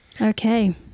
Okay